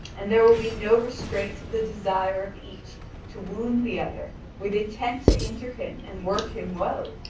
and there will be no restraint of the desire of each to wound the other with intent to injure him and work him woe.